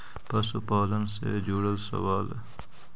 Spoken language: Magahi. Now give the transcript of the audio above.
पशुपालन से जुड़ल सवाल?